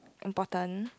important